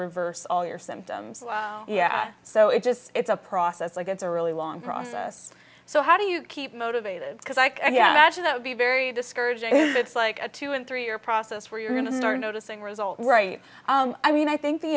reverse all your symptoms so it just it's a process like it's a really long process so how do you keep motivated because i can imagine that would be very discouraging it's like a two and three year process where you're going to start noticing result right i mean i think the